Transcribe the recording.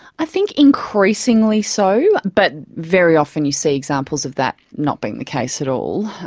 i think increasingly so, but very often you see examples of that not being the case at all.